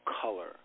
color